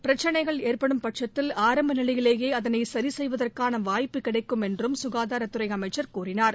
பிரச்சிளைகள் ஏற்படும் பட்சத்தில் ஆரம்பநிலையிலேயே அதனை சாி செய்வதற்கான வாய்ப்பு கிடைக்கும் என்றுகாதாரத்துறை அமைச்சர் கூறினார்